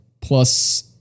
Plus